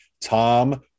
Tom